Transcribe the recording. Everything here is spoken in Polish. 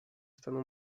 stanu